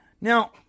Now